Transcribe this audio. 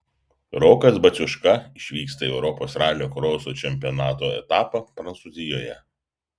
rokas baciuška išvyksta į europos ralio kroso čempionato etapą prancūzijoje